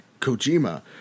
Kojima